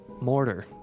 Mortar